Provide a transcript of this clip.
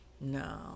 no